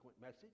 message